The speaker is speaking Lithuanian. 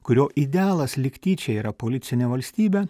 kurio idealas lyg tyčia yra policinė valstybė